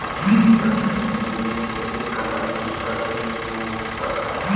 विदेशी प्रत्यक्ष निवेश में एक कंपनी दूसर देस में निवेस कर सकला